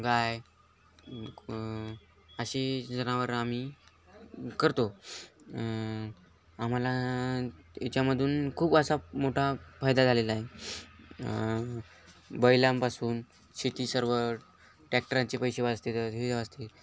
गाय अशी जनावरं आम्ही करतो आम्हाला याच्यामधून खूप असा मोठा फायदा झालेला आहे बैलांपासून शेती सर्व टॅक्टरांचे पैसे वाचतील हे वाचतील